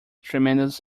tremendous